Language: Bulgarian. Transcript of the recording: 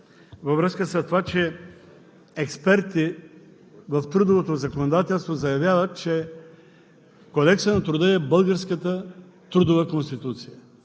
във връзка с това – експерти в трудовото законодателство заявяват, че Кодексът на труда е българската трудова конституция.